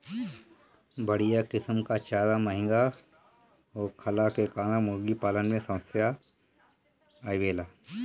बढ़िया किसिम कअ चारा महंगा होखला के कारण मुर्गीपालन में समस्या आवेला